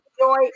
enjoy